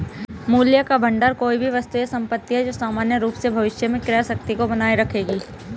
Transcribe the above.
मूल्य का भंडार कोई भी वस्तु या संपत्ति है जो सामान्य रूप से भविष्य में क्रय शक्ति को बनाए रखेगी